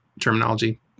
terminology